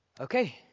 Okay